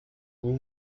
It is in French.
vous